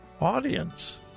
audience